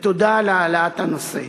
תודה על העלאת הנושא.